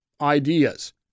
ideas